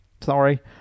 sorry